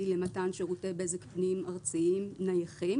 למתן שירותי בזק פנים ארציים נייחים.